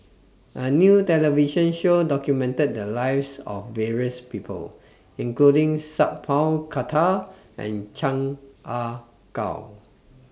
A New television Show documented The Lives of various People including Sat Pal Khattar and Chan Ah Kow